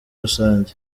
rusange